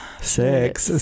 Six